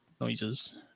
noises